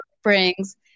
Springs